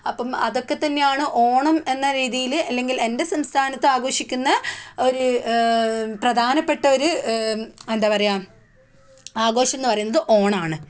അപ്പം അതൊക്കെ തന്നെയാണ് ഓണം എന്ന രീതിയിൽ അല്ലെങ്കിൽ എൻ്റെ സംസ്ഥാനത്ത് ആഘോഷിക്കുന്ന ഒരു പ്രധാനപ്പെട്ട ഒരു എന്താണ് പറയുക ആഘോഷം എന്ന് പറയുന്നത് ഓണം ആണ്